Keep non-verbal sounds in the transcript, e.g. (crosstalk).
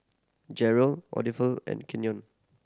Jeryl (unintelligible) and Kenyon